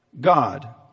God